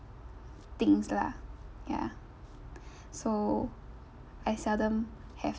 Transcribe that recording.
things lah yeah so I seldom have